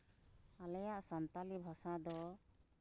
ᱟᱞᱮᱭᱟᱜ ᱥᱟᱱᱛᱟᱞᱤ ᱵᱷᱟᱥᱟ ᱫᱚ